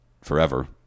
forever